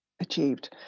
achieved